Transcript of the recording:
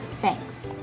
thanks